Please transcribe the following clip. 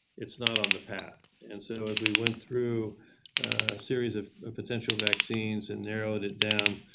it's not on the path, and so as we went through a series of potential vaccines and narrowed it down